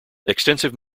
extensive